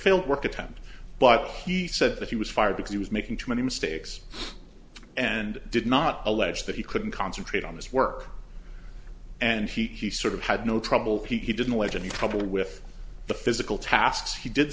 failed work attempt but he said that he was fired because he was making too many mistakes and did not allege that he couldn't concentrate on his work and he sort of had no trouble he didn't legend trouble with the physical tasks he did